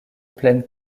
plaine